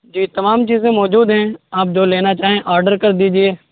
جی تمام چیزیں موجود ہیں آپ جو لینا چاہیں آڈر کر دیجیے